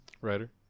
Writer